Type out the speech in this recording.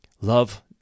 Love